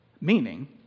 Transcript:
Meaning